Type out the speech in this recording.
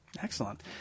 Excellent